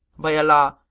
by allah,